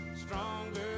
Stronger